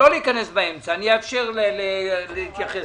יש